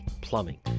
Plumbing